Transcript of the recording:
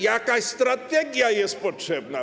Jakaś strategia jest potrzebna.